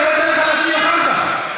לא אתן לך להשיב אחר כך.